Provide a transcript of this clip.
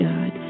God